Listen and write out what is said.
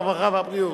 הרווחה והבריאות,